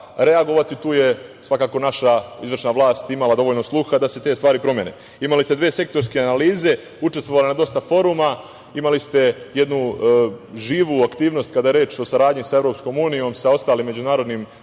reagovati tu je svakako naša izvršna vlast imala dovoljno sluha da se te stvari promene. Imali ste dve sektorske analize, učestvovali ste na dosta foruma. Imali ste jednu živu aktivnost, kada je reč o saradnji sa EU, sa ostalim međunarodnim